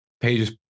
pages